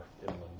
inland